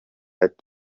ati